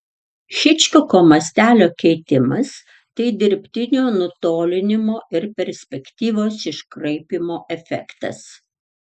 hičkoko mastelio keitimas tai dirbtinio nutolinimo ir perspektyvos iškraipymo efektas